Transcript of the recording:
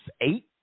eight